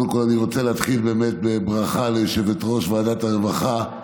קודם כול אני רוצה להתחיל באמת בברכה ליושבת-ראש ועדת הרווחה,